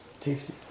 tasty